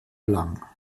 lang